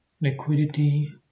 liquidity